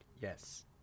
Yes